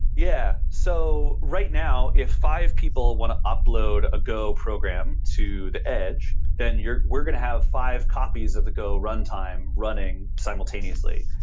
yeah. so, right now, if five people want to upload a go program to the edge, then we're going to have five copies of the go runtime running simultaneously.